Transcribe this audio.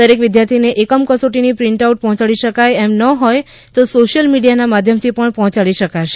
દરેક વિદ્યાર્થીને એકમ કસોટીની પ્રિન્ટ આઉટ પહોંચાડી શકાય એમ ન હોય તો સોશિયલ મીડિયાના માધ્યમથી પણ પહોંચાડી શકાશે